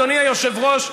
אדוני היושב-ראש,